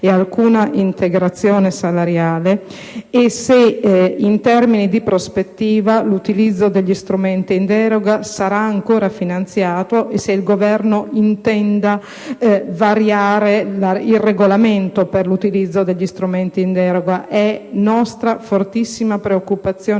se, in termini di prospettiva, l'utilizzo degli strumenti in deroga sarà ancora finanziato e se il Governo intende variare il regolamento per l'utilizzo degli strumenti in deroga. È nostra fortissima preoccupazione,